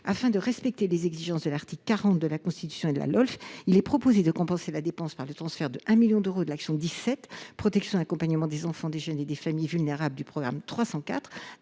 Afin de respecter les exigences de l’article 40 de la Constitution et de la Lolf, il est proposé de compenser cette dépense par le transfert de 1 million d’euros depuis l’action n° 17, « Protection et accompagnement des enfants, des jeunes et des familles vulnérables », du programme 304,